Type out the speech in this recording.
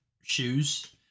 shoes